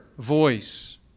voice